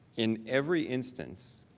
in every instance.